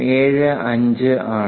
75 ആണ്